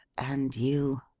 and you!